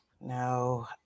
No